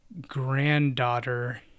granddaughter